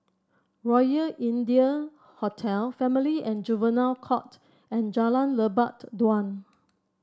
Royal India Hotel Family and Juvenile Court and Jalan Lebat Daun